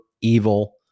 evil